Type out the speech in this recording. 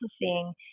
seeing